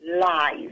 lies